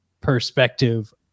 perspective